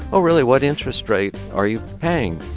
oh, really? what interest rate are you paying?